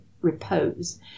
repose